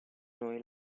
noi